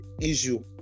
issue